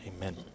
Amen